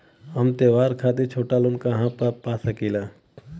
हम त्योहार खातिर छोटा लोन कहा पा सकिला?